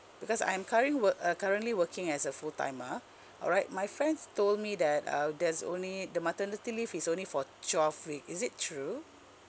because I'm currently wor~ uh currently working as a full timer alright my friends told me that uh there's only the maternity leave is only for twelve weeks is it true